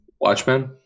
Watchmen